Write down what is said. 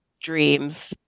dreams